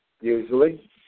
usually